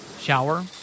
Shower